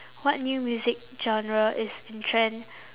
what new music genre is in trend